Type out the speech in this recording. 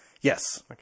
Yes